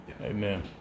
Amen